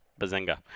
Bazinga